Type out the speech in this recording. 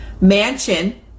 mansion